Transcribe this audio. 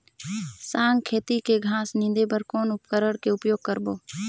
साग खेती के घास निंदे बर कौन उपकरण के उपयोग करबो?